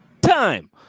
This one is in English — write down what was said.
time